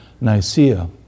Nicaea